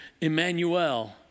Emmanuel